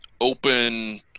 open